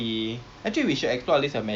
ya so